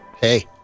Hey